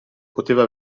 poteva